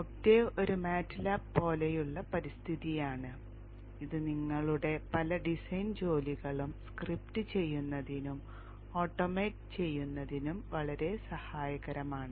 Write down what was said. Octave ഒരു MATLAB പോലെയുള്ള പരിസ്ഥിതിയാണ് ഇത് നിങ്ങളുടെ പല ഡിസൈൻ ജോലികളും സ്ക്രിപ്റ്റ് ചെയ്യുന്നതിനും ഓട്ടോമേറ്റ് ചെയ്യുന്നതിനും വളരെ സഹായകരമാണ്